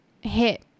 hit